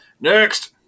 Next